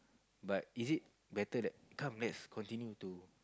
but is it better that come let's continue to